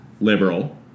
liberal